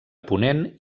ponent